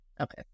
okay